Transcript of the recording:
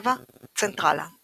ורשאבה צנטראלנה